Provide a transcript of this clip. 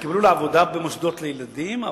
שעברייני מין קיבלו עבודה במוסדות לילדים.